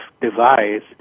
device